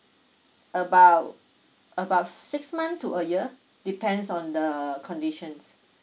about about six months to a year depends on the conditions